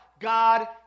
God